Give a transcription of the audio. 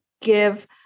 give